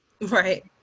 Right